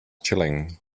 chilling